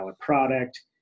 product